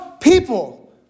people